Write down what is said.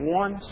one